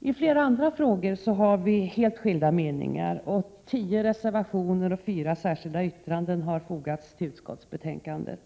I flera andra frågor har vi helt skilda meningar. Tio reservationer och fyra särskilda yttranden har fogats till utskottsbetänkandet.